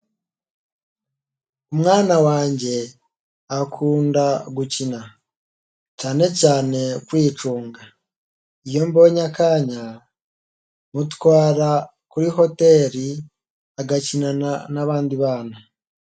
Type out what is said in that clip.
Umwana wanjye akunda gukina, cyane cyane kwicunga. Iyo mbonye akanya, mutwara kuri hoteli agakinana n'abandi bana.